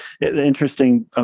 interesting